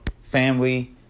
family